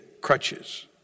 Crutches